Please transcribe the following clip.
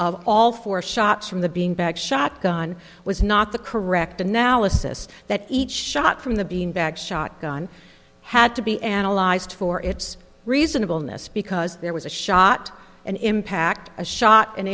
of all four shots from the being back shotgun was not the correct analysis that each shot from the beanbag shotgun had to be analyzed for its reasonable miss because there was a shot an impact a shot an